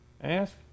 ask